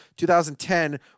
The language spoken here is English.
2010